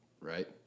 right